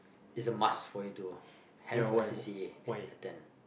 is a must for you to have a c_c_a and attend